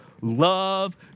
love